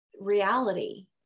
reality